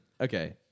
okay